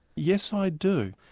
yes i do.